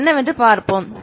அது என்னவென்று பார்ப்போம்